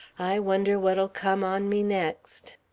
i wonder what'll come on me next?